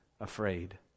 afraid